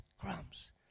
crumbs